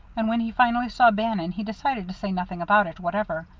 and when he finally saw bannon he decided to say nothing about it whatever.